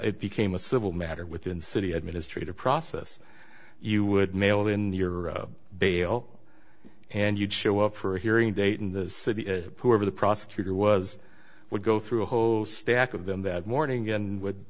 it became a civil matter within city administrative process you would mail in your bail and you'd show up for a hearing date and whoever the prosecutor was would go through a whole stack of them that morning and would